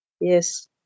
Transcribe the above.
Yes